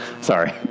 Sorry